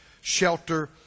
shelter